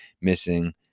missing